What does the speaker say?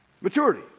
Maturity